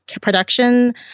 production